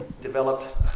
developed